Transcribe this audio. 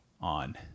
on